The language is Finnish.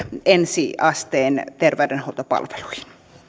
ensi asteen terveydenhuoltopalveluihin